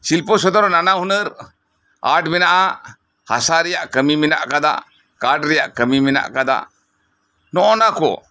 ᱥᱤᱞᱯᱚ ᱥᱚᱫᱚᱱ ᱨᱮ ᱱᱟᱱᱟ ᱦᱩᱱᱟᱹᱨ ᱟᱨᱴ ᱢᱮᱱᱟᱜᱼᱟ ᱦᱟᱥᱟ ᱨᱮᱭᱟᱜ ᱠᱟᱢᱤ ᱢᱮᱱᱟᱜ ᱠᱟᱫᱟ ᱠᱟᱴ ᱨᱮᱭᱟᱜ ᱠᱟᱢᱤ ᱢᱮᱱᱟᱜ ᱠᱟᱫᱟ ᱱᱚᱜᱼᱚ ᱱᱟᱠᱚ